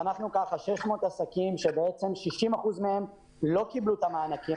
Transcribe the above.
אנחנו 600 עסקים ש-60% מהם לא קיבלו את המענקים,